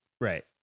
Right